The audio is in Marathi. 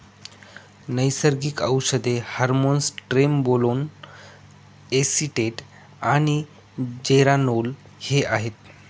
नैसर्गिक औषधे हार्मोन्स ट्रेनबोलोन एसीटेट आणि जेरानोल हे आहेत